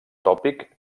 tòpic